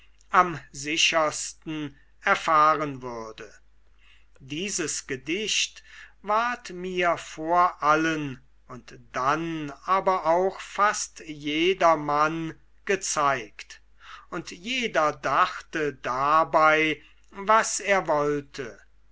am sichersten erfahren würde dieses gedicht ward mir vor allen und dann aber auch fast jedermann gezeigt und jeder dachte dabei was er wollte